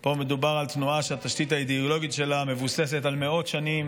פה מדובר על תנועה שהתשתית האידיאולוגית שלה מבוססת על מאות שנים